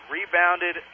Rebounded